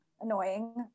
annoying